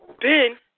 Ben